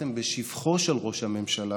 ודיברתם בשבחו של ראש הממשלה